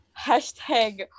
Hashtag